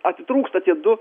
atitrūksta tie du